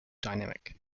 dynamic